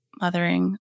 mothering